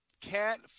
Cat